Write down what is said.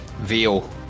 Veal